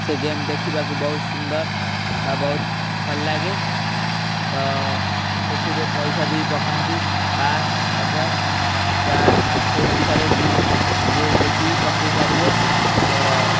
ସେ ଗେମ୍ ଦେଖିବାକୁ ବହୁତ ସୁନ୍ଦର ବା ବହୁତ ଭଲ ଲାଗେ ତ ସେଥିରେ ପଇସା ବି ପକାନ୍ତି ପାଞ୍ଚ ଶହ ହଜାର ଯାହା ସ୍ଵଇଚ୍ଛାରେ ଯିଏି ଯେତିକି ପକେଇ ପାରିବେ ତ